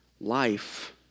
life